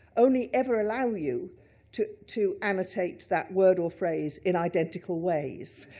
only ever allow you to to annotate that word or phrase in identical ways.